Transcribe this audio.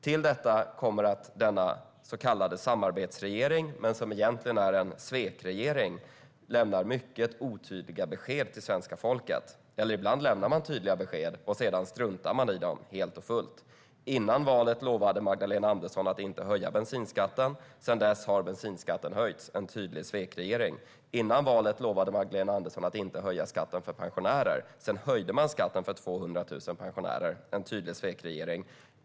Till detta kommer denna så kallade samarbetsregering - men som egentligen är en svekregering - att lämna mycket otydliga besked till svenska folket, och ibland lämnar man tydliga besked som man sedan struntar i. Före valet lovade Magdalena Andersson att inte höja bensinskatten. Sedan dess har bensinskatten höjts - en tydlig svekregering. Före valet lovade Magdalena Andersson att inte höja skatten för pensionärer. Sedan höjde man skatten för 200 000 pensionärer - en tydlig svekregering.